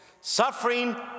suffering